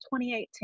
2018